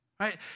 right